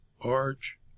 Arch